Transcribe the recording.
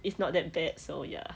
it's not that bad so ya